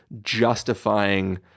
justifying